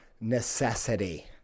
necessity